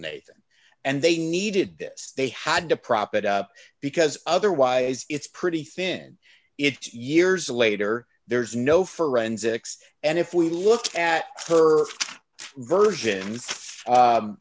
nathan and they needed this they had to prop it up because otherwise it's pretty thin it years later there's no forensics and if we look at her version